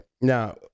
now